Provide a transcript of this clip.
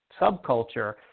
subculture